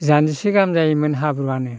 जानजिसे गाहाम जायोमोन हाब्रुयानो